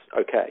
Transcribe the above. okay